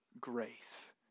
grace